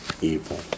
evil